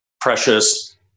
precious